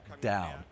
down